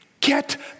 get